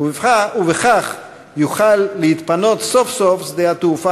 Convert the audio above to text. וכך יוכל להתפנות סוף-סוף שדה התעופה